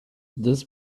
this